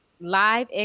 Live